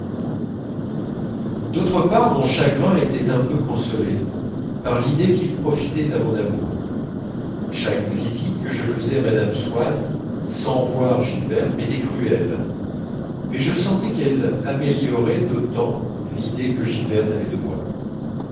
d'autre part mon chagrin était un peu consolé par l'idée qu'il profitait à mon amour chaque visite que je faisais à mme swann sans voir gilberte m'était cruelle mais je sentais qu'elle améliorait d'autant l'idée que gilberte avait de moi